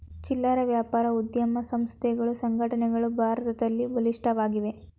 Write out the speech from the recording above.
ಚಿಲ್ಲರೆ ವ್ಯಾಪಾರ ಉದ್ಯಮ ಸಂಸ್ಥೆಗಳು ಸಂಘಟನೆಗಳು ಭಾರತದಲ್ಲಿ ಬಲಿಷ್ಠವಾಗಿವೆ